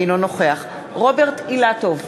אינו נוכח רוברט אילטוב,